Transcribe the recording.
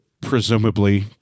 presumably